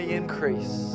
increase